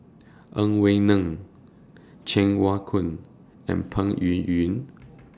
Ang Wei Neng Cheng Wai Keung and Peng Yuyun